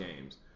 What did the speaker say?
games